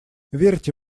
верьте